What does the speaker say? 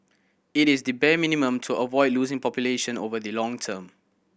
it is the bare minimum to avoid losing population over the long term